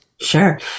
Sure